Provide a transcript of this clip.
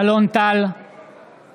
אינו נוכח דסטה